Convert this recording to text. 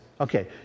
Okay